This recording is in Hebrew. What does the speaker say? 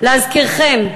להזכירכם,